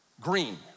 green